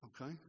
okay